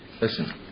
Listen